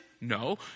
No